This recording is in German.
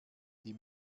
die